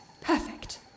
Perfect